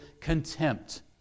contempt